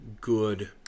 good